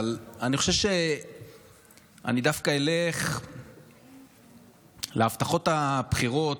אבל אני דווקא אלך להבטחות הבחירות.